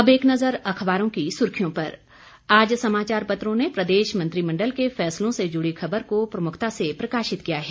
अब एक नज़र अखबारों की सुर्खियों पर आज समाचार पत्रों ने प्रदेश मंत्रिमंडल के फैसलों से जुड़ी खबर को प्रमुखता से प्रकाशित किया है